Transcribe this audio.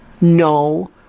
No